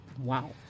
Wow